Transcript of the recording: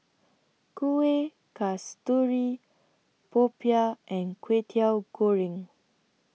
Kuih Kasturi Popiah and Kway Teow Goreng